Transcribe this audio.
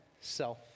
self